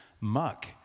muck